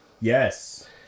yes